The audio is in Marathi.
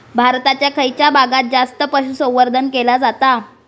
भारताच्या खयच्या भागात जास्त पशुसंवर्धन केला जाता?